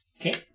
Okay